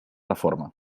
reforma